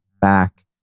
back